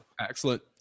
Excellent